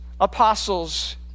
apostles